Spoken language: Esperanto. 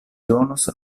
donos